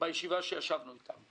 בישיבה שערכנו איתם,